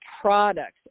products